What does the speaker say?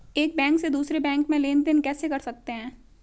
एक बैंक से दूसरे बैंक में लेनदेन कैसे कर सकते हैं?